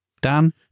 Dan